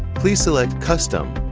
please select custom,